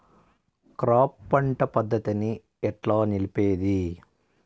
Crop పంట పద్ధతిని ఎట్లా నిలిపేది?